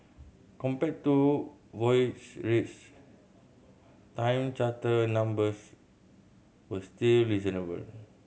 compared to voyage rates time charter numbers were still reasonable